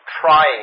trying